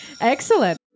excellent